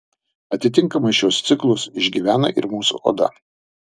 atitinkamai šiuos ciklus išgyvena ir mūsų oda